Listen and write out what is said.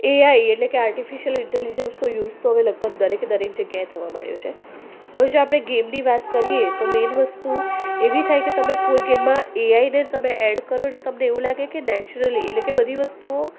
AI એટલે કે artificial ઇન્ટેલિજેન્સનો યુઝ તો હવે લગભગ દરેકે દરેક જગ્યાએ થવા માંડ્યો છે હવે જો આપણે ગેમની વાત કરીએ તો મેન વસ્તુ એવી થાય કે તમે કોઈ ગેમમાં એઆઈને તમે એડ કરો એટલે તમને એવું લાગે કે નેચરલી એટલે કે બધી વસ્તુઓ